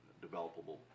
developable